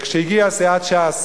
כשהגיעה סיעת ש"ס